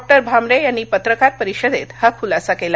सुभाष भामरे यांनी पत्रकार परिषदेत हा खुलासा केला